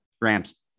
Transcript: Rams